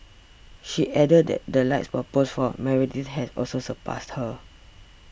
he added that the likes per post for Meredith has also surpassed hers